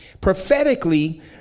prophetically